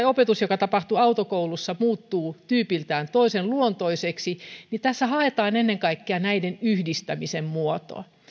opetus joka tapahtuu autokoulussa muuttuu tyypiltään toisenluontoiseksi niin tässä haetaan ennen kaikkea näiden yhdistämisen muotoa